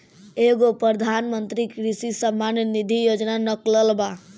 एगो प्रधानमंत्री कृषि सम्मान निधी योजना निकलल बा